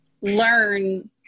learn